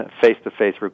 face-to-face